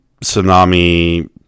tsunami